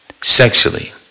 sexually